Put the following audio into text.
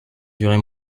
durée